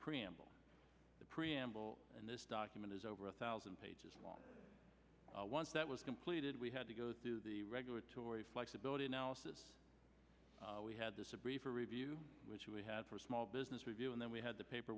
preamble the preamble and this document is over a thousand pages once that was completed we had to go through the regulatory flexibility analysis we had disagree for review which we had for small business review and then we had the paper